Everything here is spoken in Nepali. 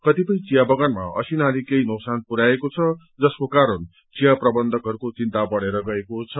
कतिपय चियाबगानमा असिनाले केही नोकक्सान पुर्याएको छ जसको कारण चिया प्रबन्बकहरूको चिन्ता बढ़ेर गएको छ